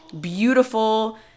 beautiful